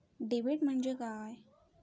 Debit म्हणजे काय?